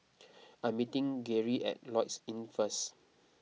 I am meeting Geary at Lloyds Inn first